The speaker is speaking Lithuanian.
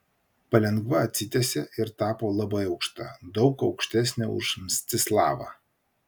palengva atsitiesė ir tapo labai aukšta daug aukštesnė už mstislavą